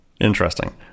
Interesting